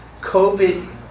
COVID